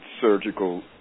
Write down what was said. surgical